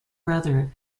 brother